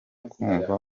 kumva